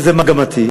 וזה מגמתי.